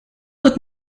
that